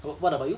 w~ what about you